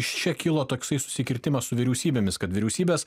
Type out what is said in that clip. iš čia kilo toksai susikirtimas su vyriausybėmis kad vyriausybės